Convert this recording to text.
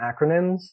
acronyms